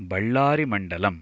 बल्लारिमण्डलम्